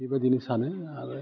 बेबायदिनो सानो आरो